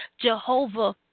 Jehovah